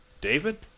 David